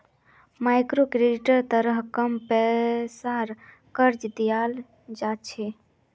मइक्रोक्रेडिटेर तहत कम पैसार कर्ज दियाल जा छे